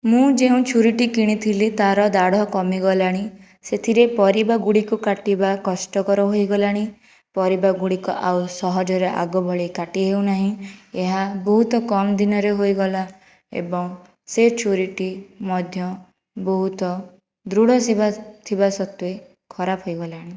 ମୁଁ ଯେଉଁ ଛୁରୀଟି କିଣିଥିଲି ତାର ଦାଢ଼ କମି ଗଲାଣି ସେଥିରେ ପରିବା ଗୁଡ଼ିକ କାଟିବା କଷ୍ଟକର ହୋଇଗଲାଣି ପରିବା ଗୁଡ଼ିକ ଆଉ ସହଜରେ ଆଗ ଭଳି କାଟି ହେଉ ନାହିଁ ଏହା ବହୁତ କମ ଦିନରେ ହୋଇଗଲା ଏବଂ ସେ ଛୁରୀଟି ମଧ୍ୟ ବହୁତ ଦୃଢ଼ ଥିବା ସତ୍ତ୍ୱେ ଖରାପ ହୋଇଗଲାଣି